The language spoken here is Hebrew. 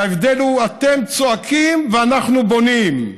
ההבדל הוא שאתם צועקים ואנחנו בונים.